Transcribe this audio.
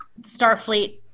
Starfleet